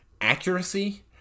accuracy